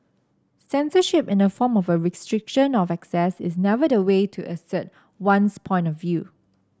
censorship in the form of a restriction of access is never the way to assert one's point of view